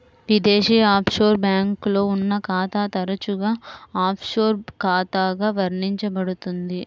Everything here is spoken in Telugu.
విదేశీ ఆఫ్షోర్ బ్యాంక్లో ఉన్న ఖాతా తరచుగా ఆఫ్షోర్ ఖాతాగా వర్ణించబడుతుంది